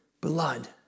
blood